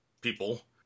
people